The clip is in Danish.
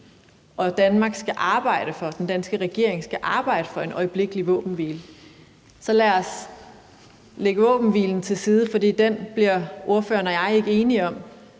på folkeretten, og at den danske regering skal arbejde for en øjeblikkelig våbenhvile. Så lad os lægge våbenhvilen til side, for den bliver ordføreren og jeg ikke enige om.